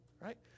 Right